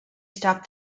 stop